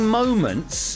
moments